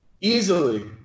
Easily